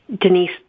Denise